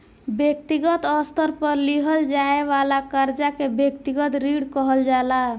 व्यक्तिगत स्तर पर लिहल जाये वाला कर्जा के व्यक्तिगत ऋण कहल जाला